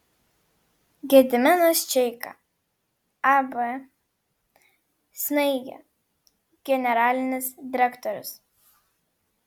gediminas čeika ab snaigė generalinis direktorius